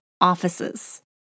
offices